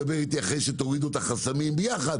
דבר איתי אחרי שתורידו את החסמים ביחד